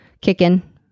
kicking